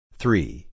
three